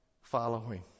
following